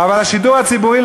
אבל השידור הציבורי,